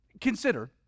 Consider